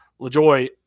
LaJoy